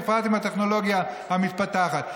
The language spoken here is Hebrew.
בפרט עם הטכנולוגיה המתפתחת.